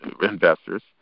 investors